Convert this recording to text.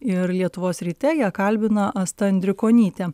ir lietuvos ryte ją kalbina asta andrikonytė